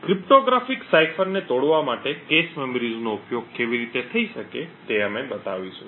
cryptographic સાઇફરને તોડવા માટે cache memories નો ઉપયોગ કેવી રીતે થઈ શકે તે અમે બતાવીશું